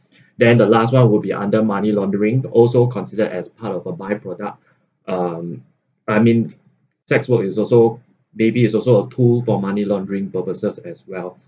then the last one will be under money laundering also considered as part of a by-product um I mean sex work is also maybe is also a tool for money laundering purposes as well